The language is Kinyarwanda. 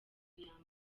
kuyambara